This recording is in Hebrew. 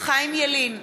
חיים ילין,